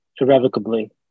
irrevocably